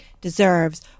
deserves